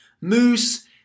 moose